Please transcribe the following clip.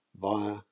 via